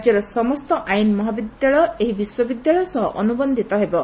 ରାଜ୍ୟର ସମସ୍ତ ଆଇନ୍ ମହାବିଦ୍ୟାଳୟ ଏହି ବିଶ୍ୱବିଦ୍ୟାଳୟ ସହ ଅନୁବଛିତ ହେବେ